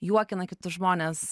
juokina kitus žmones